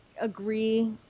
agree